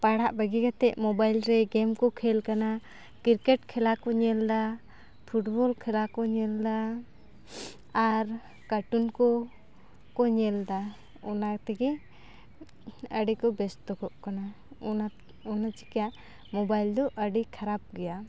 ᱯᱟᱲᱦᱟᱜ ᱵᱟᱹᱜᱤ ᱠᱟᱛᱮᱫ ᱢᱚᱵᱟᱭᱤᱞ ᱨᱮ ᱜᱮᱢ ᱠᱚ ᱠᱷᱮᱞ ᱠᱟᱱᱟ ᱠᱨᱤᱠᱮᱴ ᱠᱷᱮᱞᱟ ᱠᱚ ᱧᱮᱞ ᱮᱫᱟ ᱯᱷᱩᱴᱵᱚᱞ ᱠᱷᱮᱞᱟ ᱠᱚ ᱧᱮᱞ ᱮᱫᱟ ᱟᱨ ᱠᱟᱴᱩᱱ ᱠᱚ ᱠᱚ ᱧᱮᱞ ᱮᱫᱟ ᱚᱱᱟᱛᱮᱜᱮ ᱟᱹᱰᱤ ᱠᱚ ᱵᱮᱥᱛᱚ ᱠᱚᱜ ᱠᱟᱱᱟ ᱚᱱᱟ ᱚᱱᱟ ᱪᱤᱠᱟᱹ ᱢᱚᱵᱟᱭᱤᱞ ᱫᱚ ᱟᱹᱰᱤ ᱠᱷᱟᱨᱟᱯ ᱜᱮᱭᱟ